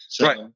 Right